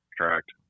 Correct